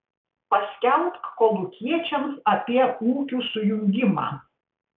paskelbk kolūkiečiams apie ūkių sujungimą